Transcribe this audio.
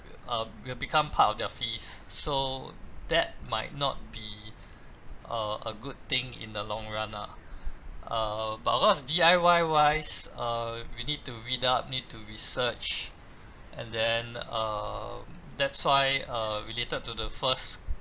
uh will become part of their fees so that might not be uh a good thing in the long run ah uh but because D_I_Y wise uh you need to read up need to research and then um that's why uh related to the first